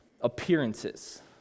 appearances